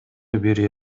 бири